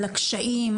על הקשיים,